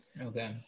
Okay